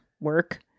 work